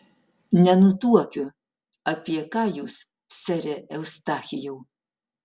nenutuokiu apie ką jūs sere eustachijau